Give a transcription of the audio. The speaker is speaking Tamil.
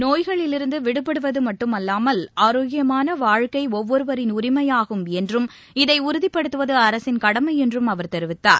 நோய்களிலிருந்து விடுபடுவது மட்டுமல்லாமல் ஆரோக்கியமான வாழ்க்கை ஒவ்வொருவரின் உரிமையாகும் என்றும் இதை உறுதிப்படுத்துவது அரசின் கடமை என்று அவர் தெரிவித்தார்